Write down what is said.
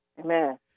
Amen